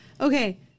okay